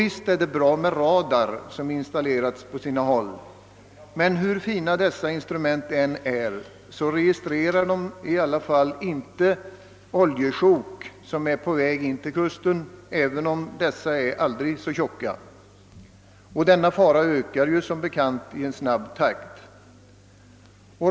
Visst är det bra med radar, som installerats på sina håll, men hur fina dessa instrument än är registrerar de i alla fall inte oljesjok som är på väg in mot kusten, även om dessa är aldrig så tjocka. Denna fara ökar som bekant i snabb takt.